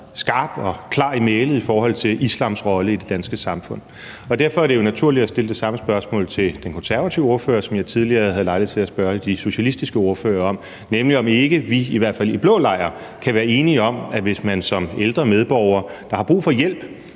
skarp og klar i mælet i forhold til islams rolle i det danske samfund. Og derfor er det jo naturligt at stille det samme spørgsmål til den konservative ordfører, som jeg tidligere havde lejlighed til at stille til de socialistiske ordførere, nemlig om ikke vi, i hvert fald i blå lejr, kan være enige om, at hvis man som ældre medborger har brug for hjælp